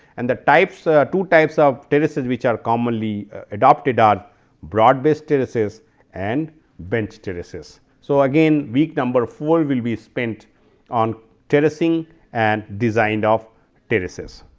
and the types ah two types of terraces which are commonly ah adopted are broad base terraces and bench terraces. so, again week number four will be spent on terracing and designed of terraces.